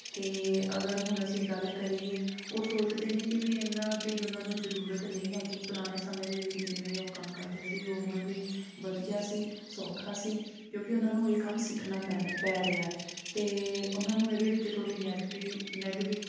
ਅਤੇ ਅਗਰ ਹੁਣ ਅਸੀਂ ਗੱਲ ਕਰੀਏ ਉਹ ਸੋਚਦੇ ਨੇ ਕਿ ਵੀ ਇਹਨਾਂ ਦੀ ਉਹਨਾਂ ਨੂੰ ਜ਼ਰੂਰਤ ਨਹੀਂ ਹੈਗੀ ਪੁਰਾਣੇ ਸਮੇਂ ਦੇ ਵਿੱਚ ਜਿਵੇਂ ਉਹ ਕੰਮ ਕਰਦੇ ਸੀ ਉਹ ਉਹਨਾਂ ਲਈ ਵਧੀਆ ਸੀ ਸੌਖਾ ਸੀ ਕਿਉਂਕਿ ਉਹਨਾਂ ਨੂੰ ਇਹ ਕੰਮ ਸਿੱਖਣਾ ਪੈਂ ਪੈ ਰਿਹਾ ਅਤੇ ਉਹਨਾਂ ਨੂੰ ਇਹਦੇ ਵਿੱਚ ਥੋੜ੍ਹੀ ਨੈਗੇਟੀ ਨੈਗਵਿਗ